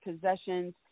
possessions